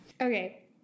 Okay